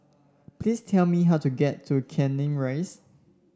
please tell me how to get to Canning Rise